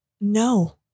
No